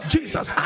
Jesus